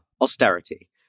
Austerity